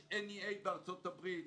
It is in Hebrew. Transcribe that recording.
יש NEA בארצות הברית,